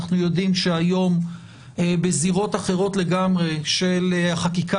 אנחנו יודעים שהיום בזירות אחרות לגמרי של החקיקה